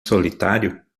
solitário